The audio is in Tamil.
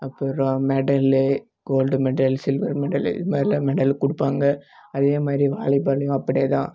அப்புறம் medal gold medal silver medal இது மாதிரியெலாம் மெடலு கொடுப்பாங்க அதே மாதிரி வாலி பாலும் அப்படிதான்